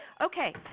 Okay